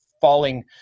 falling